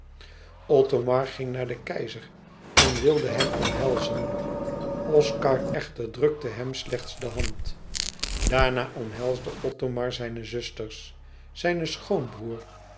ging naar den keizer en wilde hem omhelzen oscar echter drukte hem slechts de hand daarna omhelsde othomar zijne zusters zijn schoonbroêr